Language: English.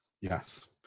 Yes